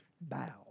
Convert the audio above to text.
bow